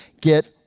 get